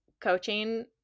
coaching